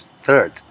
third